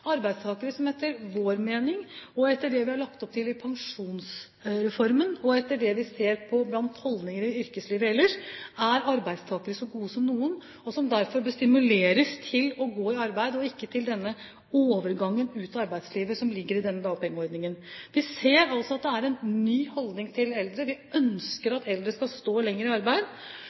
arbeidstakere som etter vår mening – og etter det vi har lagt opp til i pensjonsreformen og etter det vi ser blant holdninger i yrkeslivet ellers – er arbeidstakere så gode som noen, og som derfor bør stimuleres til å gå i arbeid og ikke til denne overgangen ut av arbeidslivet, som ligger i denne dagpengeordningen. Vi ser altså at det er en ny holdning til eldre. Vi ønsker at eldre skal stå lenger i arbeid.